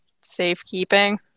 safekeeping